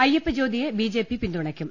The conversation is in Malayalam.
അയ്യപ്പജ്യോതിയെ ബി ജെ പി പിന്തുണയ്ക്കും